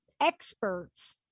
experts